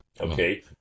Okay